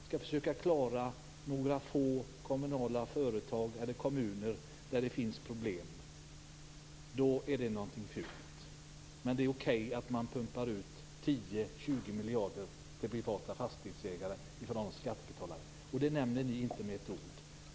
Att försöka klara några få kommunala företag i kommuner där det finns problem är någonting fult, men det är okej att man pumpar ut 10-20 miljarder till privata fastighetsägare från oss skattebetalare. Det nämner ni inte med ett ord.